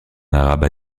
arabe